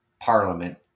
Parliament